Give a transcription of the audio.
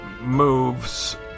moves